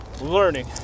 learning